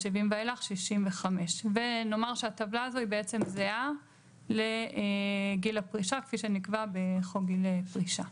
ואילך 65"" נאמר שהטבלה הזאת זהה לגיל הפרישה כפי שנקבע בחוק גיל פרישה.